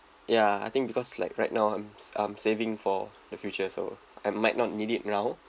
ya I think because like right now I'm I'm saving for the future so I might not need it now